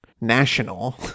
National